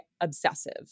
obsessive